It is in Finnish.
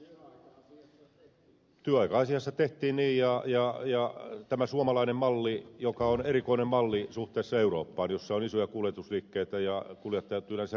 työaika asiassa tehtiin niin ja huomioitiin tämä suomalainen malli joka on erikoinen malli suhteessa eurooppaan jossa on isoja kuljetusliikkeitä ja kuljettajat yleensä renkisuhteessa yrityksiin